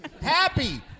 Happy